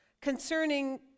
concerning